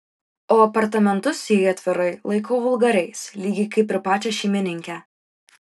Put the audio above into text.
o apartamentus jei atvirai laikau vulgariais lygiai kaip ir pačią šeimininkę